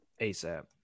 ASAP